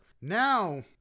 Now